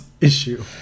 issue